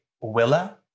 Willa